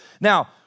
Now